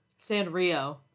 Sanrio